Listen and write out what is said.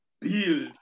Build